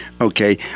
Okay